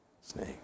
snake